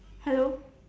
hello